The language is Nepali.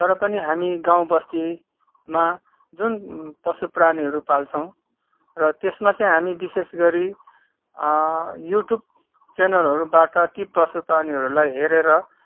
तरपनि हामी गाउँ बस्तीमा जुन पशु प्राणीहरू पाल्छौँ र त्यसमा चाहिँ हामी विशेष गरि युट्युब च्यानलहरूबाट ती पशु प्राणीहरूलाई हेरेर